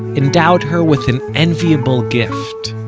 endowed her with an enviable gift.